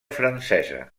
francesa